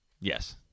Yes